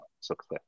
success